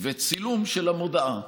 וצילום של המודעה.